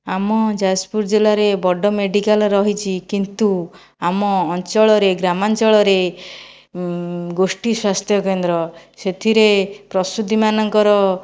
ଆମ ଯାଜପୁର ଜିଲ୍ଲାରେ ବଡ଼ ମେଡ଼ିକାଲ୍ ରହିଛି କିନ୍ତୁ ଆମ ଅଞ୍ଚଳରେ ଗ୍ରାମାଞ୍ଚଳରେ ଗୋଷ୍ଠୀ ସ୍ଵାସ୍ଥ୍ୟକେନ୍ଦ୍ର ସେଥିରେ ପ୍ରସୂତିମାନଙ୍କର